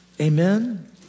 Amen